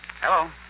Hello